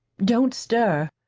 don't stir.